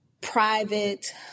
private